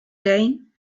gain